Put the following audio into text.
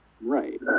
Right